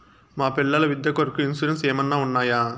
మా పిల్లల విద్య కొరకు ఇన్సూరెన్సు ఏమన్నా ఉన్నాయా?